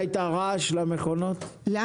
אולי את הרעש למכונות?